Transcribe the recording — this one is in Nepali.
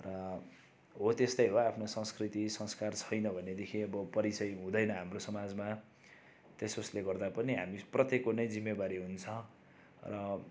र हो त्यस्तै हो आफ्नो संस्कृति संस्कार छैन भनेदेखि अब परिचय हुँदैन हाम्रो समाजमा त्यस उसले गर्दा पनि हामी प्रत्येकको नै जिम्मेवारी हुन्छ र